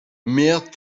mehr